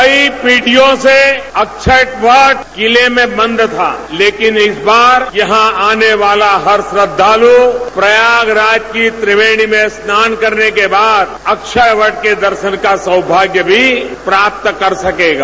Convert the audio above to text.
कई पीढ़ियों से अक्षयवट किले में बंद था लेकिन इस बार यहां आने वाला हर श्रद्धालु प्रयागराज की त्रिवेणी में स्नान करने के बाद अक्षयवट के दर्शन का सौभाग्य भी प्राप्त कर सकेगा